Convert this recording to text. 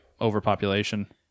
overpopulation